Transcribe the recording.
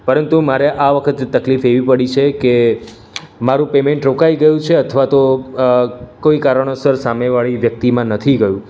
પરંતુ મારે આ વખતે તકલીફ એવી પડી છે કે મારું પેમેન્ટ રોકાઈ ગયું છે અથવા તો કોઇ કારણોસર સામેવાળી વ્યક્તિમાં નથી ગયું